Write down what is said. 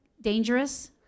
dangerous